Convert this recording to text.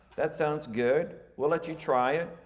that sounds good. we'll let you try it.